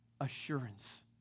assurance